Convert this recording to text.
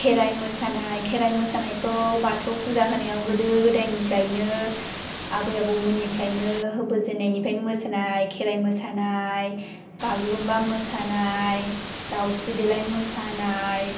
खेराय मोसानाय खेराय मोसानायखौ बाथौ फुजा होनायाव गोदो गोदायनिफ्रायनो आबै आबौमोननिफ्रायनो होबोजेननायनिफ्रायनो मोसानाय खेराय मोसानाय बागुरुमबा मोसानाय दाउस्रि देलाय मोसानाय